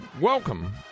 Welcome